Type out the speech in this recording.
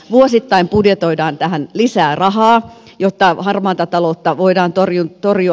vuosittain budjetoidaan tähän lisää rahaa jotta harmaata taloutta voidaan torjua